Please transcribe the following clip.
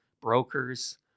brokers